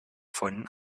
von